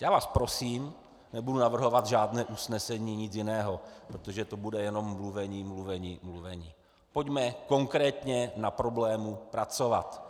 Já vás prosím nebudu navrhovat žádné usnesení, nic jiného, protože to bude jenom mluvení, mluvení, mluvení pojďme konkrétně na problému pracovat.